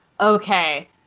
okay